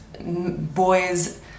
Boys